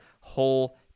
whole